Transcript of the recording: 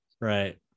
Right